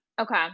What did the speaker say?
Okay